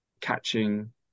catching